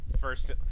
first